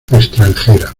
extranjera